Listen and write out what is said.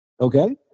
Okay